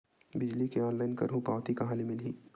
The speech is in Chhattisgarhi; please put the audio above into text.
बिजली के ऑनलाइन करहु पावती कहां ले मिलही?